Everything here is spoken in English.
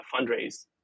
fundraise